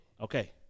okay